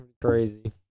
crazy